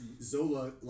Zola